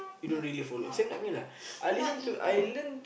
not not ya not into